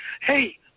hey